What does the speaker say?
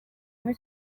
muri